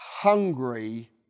hungry